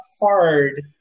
hard